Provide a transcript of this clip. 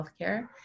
healthcare